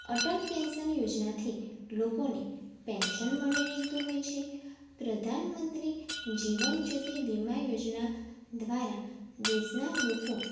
Atal pension યોજનાથી લોકોને pension મળી રહેતું હોય છે પ્રધાનમંત્રી જીવન જ્યોતિ વીમા યોજના દ્વારા દેશના લોકો